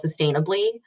sustainably